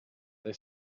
they